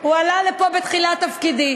הוא עלה לפה בתחילת תפקידי